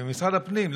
במשרד הפנים,